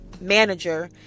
manager